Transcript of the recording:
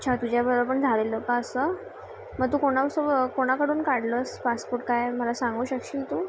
अच्छा तुझ्याबरो पण झालेलं का असं म तू कोणासो कोणाकडून काढलंस पासपोट काय मला सांगू शकशील तू